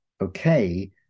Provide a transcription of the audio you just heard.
okay